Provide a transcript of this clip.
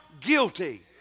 guilty